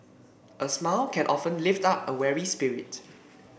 a smile can often lift up a weary spirit